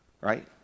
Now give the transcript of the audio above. Right